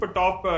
top